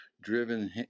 driven